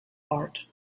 art